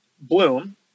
bloom